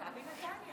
מכבי נתניה.